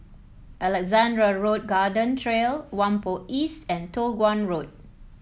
Alexandra Road Garden Trail Whampoa East and Toh Guan Road